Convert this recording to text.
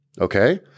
Okay